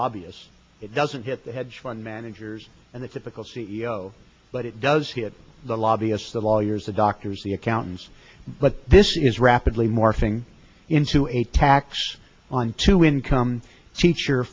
lobbyist it doesn't hit the hedge fund managers and the typical c e o but it does hit the lobbyists the lawyers the doctors the accountants but this is rapidly morphing into a tax on two income teacher